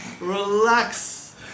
Relax